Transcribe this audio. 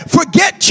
forget